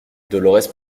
dolorès